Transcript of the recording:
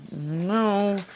No